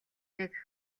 нэг